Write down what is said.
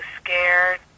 scared